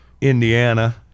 Indiana